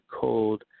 cold